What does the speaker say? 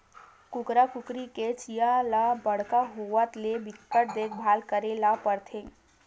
कुकरा कुकरी के चीया ल बड़का होवत ले बिकट देखभाल करे ल परथे